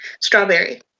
Strawberry